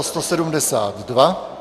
172.